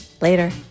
Later